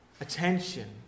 attention